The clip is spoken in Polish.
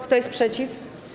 Kto jest przeciw?